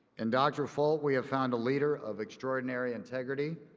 in dr. folt, we have found a leader of extraordinary integrity,